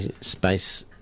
space